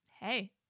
Hey